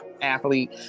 athlete